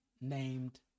named